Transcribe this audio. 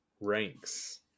Ranks